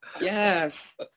Yes